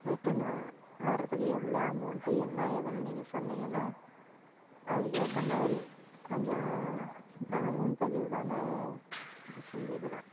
return வர வர்றத்துக்கு எவ்வளோ அமௌண்ட்டு என்ன ஏதுன்னு நீங்கள் சொன்னிங்கன்னா அதுக்கு ஏற்ற மாதிரி கொஞ்சம் நாங்கள் முன்பதிவுக்கான இது செஞ்சிக்கலாம்